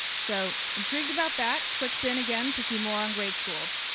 so, intrigued about that clicks in again to see more on greatschools.